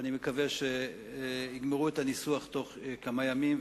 ואני מקווה שיגמרו את הניסוח בתוך כמה ימים,